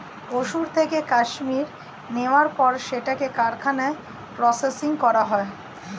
পশুর থেকে কাশ্মীর নেয়ার পর সেটাকে কারখানায় প্রসেসিং করা হয়